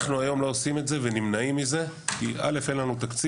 אנחנו נמנעים מזה ולא עושים את זה כי: א׳: אין לנו תקציב.